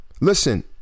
Listen